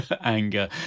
anger